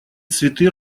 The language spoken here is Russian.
цветы